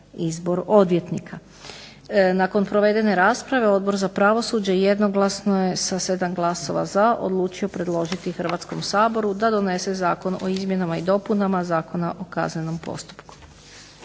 izbor odvjetnika. Nakon provedene rasprave Odbor za pravosuđe jednoglasno je sa 7 glasova za odlučio predložiti Hrvatskom saboru da donese zakon o izmjenama i dopunama Zakona o kaznenom postupku.